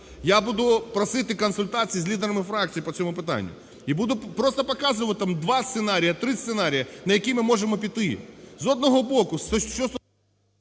Я буду просити консультацій з лідерами фракцій по цьому питанню і буду просто показувати там два сценарії, три сценарії, на які ми можемо піти. З одного боку, що стосується…